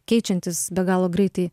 keičiantis be galo greitai